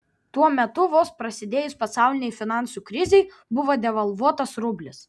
tuo metu vos prasidėjus pasaulinei finansų krizei buvo devalvuotas rublis